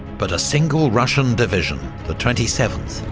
but a single russian division, the twenty seventh,